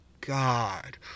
God